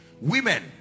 women